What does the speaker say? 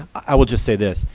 i would just say this,